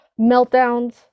meltdowns